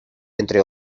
entre